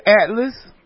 Atlas